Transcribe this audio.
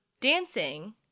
Dancing